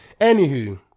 Anywho